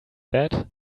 that